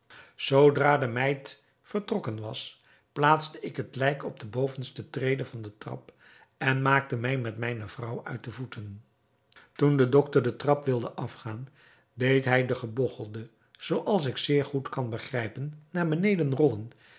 zoodra de meid vertrokken was plaatste ik het lijk op de bovenste trede van den trap en maakte mij met mijne vrouw uit de voeten toen de doctor den trap wilde afgaan deed hij den gebogchelde zoo als ik zeer goed kan begrijpen naar beneden